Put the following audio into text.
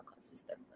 consistent